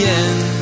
end